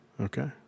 Okay